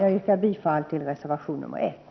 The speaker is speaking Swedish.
Jag yrkar bifall till reservation 1.